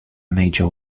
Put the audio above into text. major